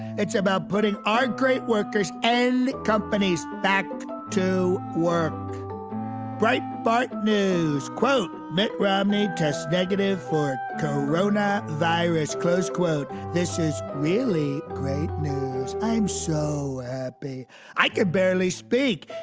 it's about putting our great workers and companies back to work bright bright news quote mitt romney tests negative for corona virus, close quote. this is really great i'm so happy i could barely speak.